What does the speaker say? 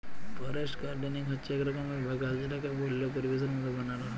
forest gardening হচ্যে এক রকমের বাগাল যেটাকে বল্য পরিবেশের মত বানাল হ্যয়